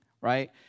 right